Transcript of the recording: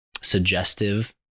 suggestive